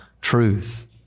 truth